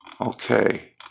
Okay